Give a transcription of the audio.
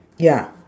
ya